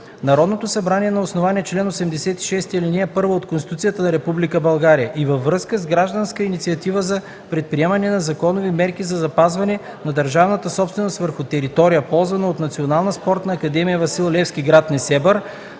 Народното събрание на основание чл. 86, ал. 1 от Конституцията на Република България и във връзка с Гражданска инициатива за предприемане на законови мерки за запазване на държавната собственост върху територия, ползвана от Националната спортна академия „Васил Левски” – град Несебър,